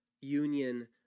union